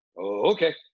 okay